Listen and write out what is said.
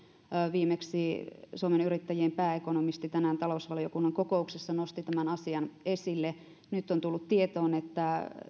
viimeksi suomen yrittäjien pääekonomisti tänään talousvaliokunnan kokouksessa tämän asian esille nyt on tullut tietoon että